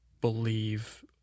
believe